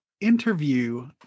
interview